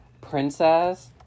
Princess